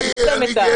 דיברתם פה על האמצעים,